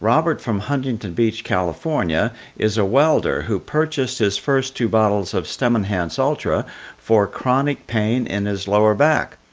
robert from huntington beach, california is a welder, who purchased his first two bottles of stemenhance ultra for chronic pain in his lower back.